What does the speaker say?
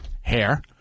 hair